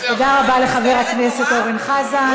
תודה רבה לחבר הכנסת אורן חזן.